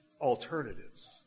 alternatives